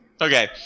Okay